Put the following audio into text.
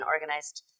organized